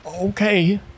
Okay